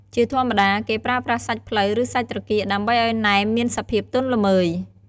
ជាធម្មតា គេប្រើប្រាស់សាច់ភ្លៅ ឬសាច់ត្រគាក ដើម្បីឱ្យណែមមានសភាពទន់ល្មើយ។